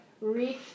Reach